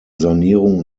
sanierung